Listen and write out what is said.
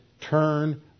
turn